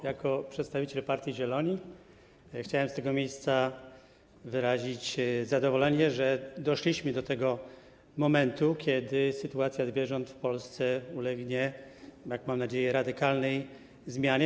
Jako przedstawiciel Partii Zieloni chciałbym z tego miejsca wyrazić zadowolenie, że doszliśmy do momentu, kiedy sytuacja zwierząt w Polsce ulegnie, mam nadzieję, radykalnej zmianie.